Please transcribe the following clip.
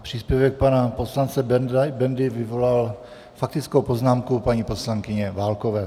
Příspěvek pana poslance Bendy vyvolal faktickou poznámku paní poslankyně Válkové.